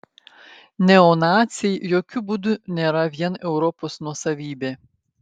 neonaciai jokiu būdu nėra vien europos nuosavybė